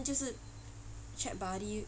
这时 chat buddy